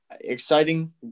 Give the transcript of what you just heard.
Exciting